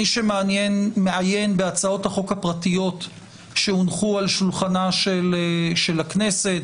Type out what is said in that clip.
מי שמעיין בהצעות החוק הפרטיות שהונחו על שולחנה של הכנסת,